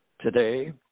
today